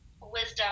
wisdom